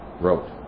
wrote